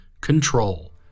Control